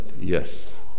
yes